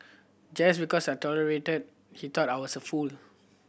just because I tolerated he thought I was a fool